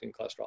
cholesterol